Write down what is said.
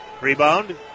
Rebound